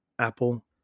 Apple